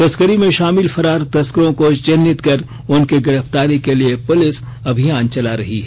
तस्करी में शामिल फरार तस्करों को चिन्हित कर उनकी गिरफ्तारी के लिए पुलिस अभियान चला रही है